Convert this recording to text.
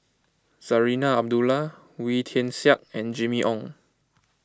Zarinah Abdullah Wee Tian Siak and Jimmy Ong